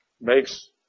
makes